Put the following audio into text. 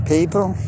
People